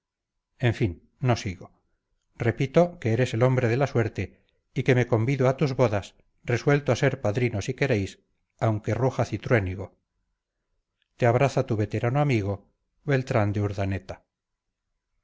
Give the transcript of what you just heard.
en fin no sigo repito que eres el hombre de la suerte y que me convido a tus bodas resuelto a ser padrino si queréis aunque ruja cintruénigo te abraza tu veterano amigo b de